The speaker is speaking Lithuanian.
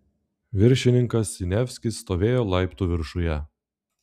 viršininkas siniavskis stovėjo laiptų viršuje